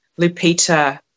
Lupita